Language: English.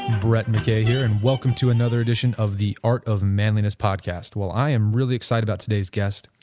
brett mckay here and welcome to another addition of the art of manliness podcast. well, i am really excited about today's guest.